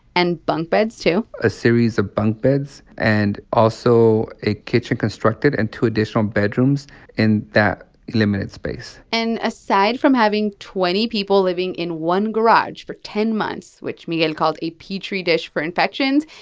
and bunk beds, too. a series of bunk beds and also a kitchen constructed and two additional bedrooms in that limited space and aside from having twenty people living in one garage for ten months, which miguel called a petri dish for infections,